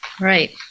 right